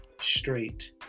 straight